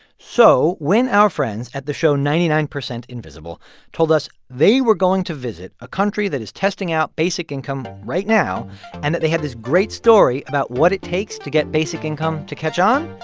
so when our friends at the show ninety nine percent invisible told us they were going to visit a country that is testing out basic income right now and that they had this great story about what it takes to get basic income to catch on,